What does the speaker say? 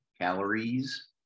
calories